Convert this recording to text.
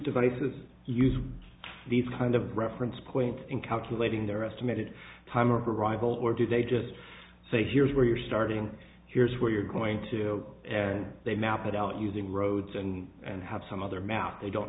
devices use these kind of reference point in calculating their estimated time of arrival or do they just say here's where you're starting here's where you're going to and they map it out using roads and and have some other map they don't